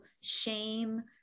shame